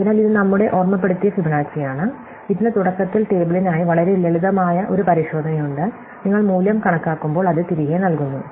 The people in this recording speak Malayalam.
അതിനാൽ ഇത് നമ്മുടെ ഓർമ്മപ്പെടുത്തിയ ഫിബൊനാച്ചി ആണ് ഇതിന് തുടക്കത്തിൽ ടെബിളിനായി വളരെ ലളിതമായ ഒരു പരിശോധനയുണ്ട് നിങ്ങൾ മൂല്യം കണക്കാക്കുമ്പോൾ അത് തിരികെ നൽകുന്നു